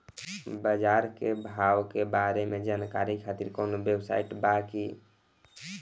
बाजार के भाव के बारे में जानकारी खातिर कवनो वेबसाइट बा की?